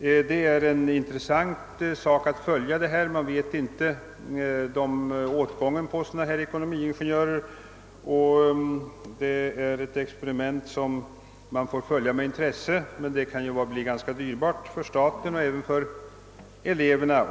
Det är intressant att följa utvecklingen på detta område. Man känner inte till åtgången på ekonomingenjörer. Om detta experiment inte skulle lyckas kan det bli ganska dyrbart för staten men även för eleverna.